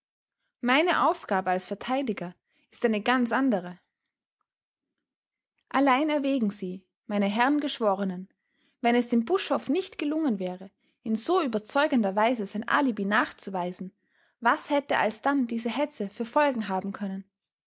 meine aufgabe als verteidiger ist eine ganz andere allein erwägen sie meine herren geschworenen wenn es dem buschhoff nicht gelungen wäre in so überzeugender weise sein alibi nachzuweisen was hätte alsdann diese hetze für folgen haben können